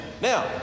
now